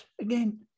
again